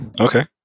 okay